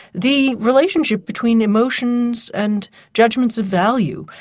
the relationship between emotions and judgments of value,